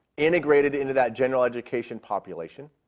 integrated into that general education population.